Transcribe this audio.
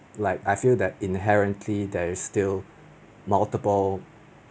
like I feel that inherently there is still multiple